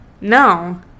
no